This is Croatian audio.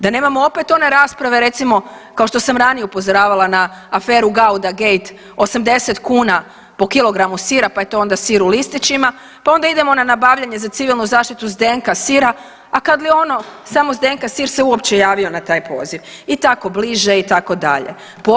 Da nemamo opet one rasprave recimo kao što sam ranije upozoravala na aferu gauda gate 80 kuna po kilogramu sira, pa je to onda sir u listićima, pa onda idemo na nabavljanje za civilnu zaštitu Zdenka sira, a kadli ono samo Zdenka sir se uopće javio na taj poziv i tako bliže i tako dalje.